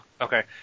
Okay